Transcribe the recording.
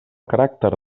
caràcter